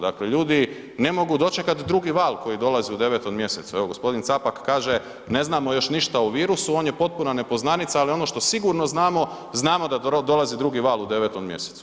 Dakle, ljudi ne mogu dočekati drugi val koji dolazi u 9.mjesecu, evo gospodin Capak kaže ne znamo još ništa o virusu, on je potpuna nepoznanica, ali ono što sigurno znamo, znamo da dolazi drugi val u 9.mjesecu.